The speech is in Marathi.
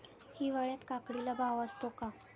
हिवाळ्यात काकडीला भाव असतो का?